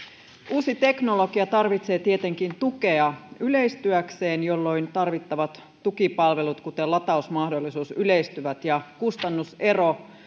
uusi teknologia tarvitsee tietenkin tukea yleistyäkseen jolloin tarvittavat tukipalvelut kuten latausmahdollisuus yleistyvät ja kustannusero